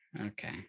Okay